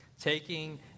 taking